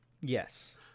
yes